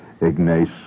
Ignace